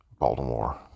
Baltimore